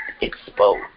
exposed